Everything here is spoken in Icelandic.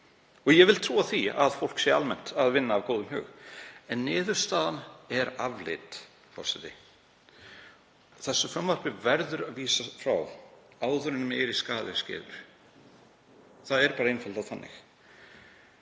hug. Ég vil trúa því að fólk sé almennt að vinna af góðum hug en niðurstaðan er afleit. Forseti. Þessu frumvarpi verður að vísa frá áður en meiri skaði er skeður. Það er bara einfaldlega þannig.